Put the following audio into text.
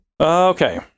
Okay